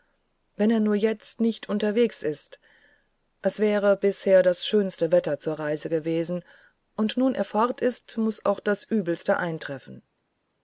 wenn er nur jetzt nicht unterwegs ist es wäre bisher das schönste wetter zur reise gewesen und nun er fort ist muß auch das übelste eintreffen